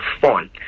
fun